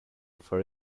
for